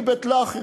היא בית-לחם.